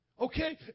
Okay